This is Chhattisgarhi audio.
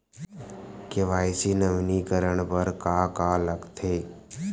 के.वाई.सी नवीनीकरण बर का का लगथे?